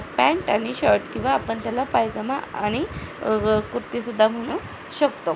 pant आणि shirt किंवा आपण त्याला पायजामा आणि कुर्ती सुद्धा म्हणू शकतो